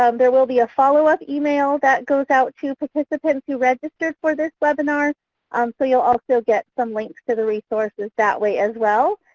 um there will be a follow-up email that goes out to participants who registered for this webinar um so you'll also get some links to the resources that way as well.